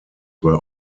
were